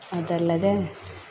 ಅದಲ್ಲದೆ